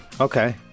Okay